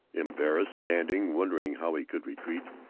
embarrassed, standing, wondering how he could retreat,